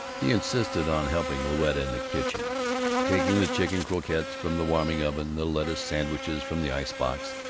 he insisted on helping louetta in the kitchen taking the chicken croquettes from the warming-oven, the lettuce sandwiches from the ice-box.